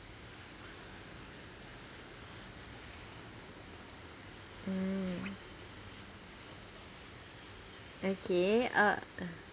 mm okay uh